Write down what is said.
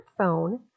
smartphone